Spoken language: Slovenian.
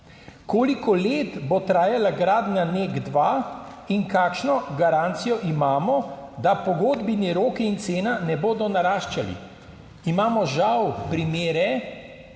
Koliko let bo trajala gradnja NEK2 in kakšno garancijo imamo, da pogodbeni roki in cena ne bodo naraščali? Imamo žal primere